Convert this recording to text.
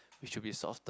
we should be softer